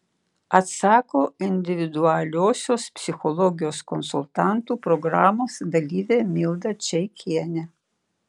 atsako individualiosios psichologijos konsultantų programos dalyvė milda čeikienė